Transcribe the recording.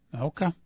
Okay